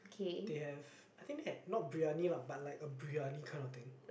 they have I think that not briyani lah but like a briyani kind of thing